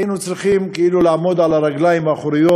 היינו צריכים כאילו לעמוד על הרגליים האחוריות,